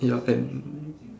ya then